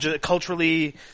culturally